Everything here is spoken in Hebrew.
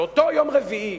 באותו יום רביעי,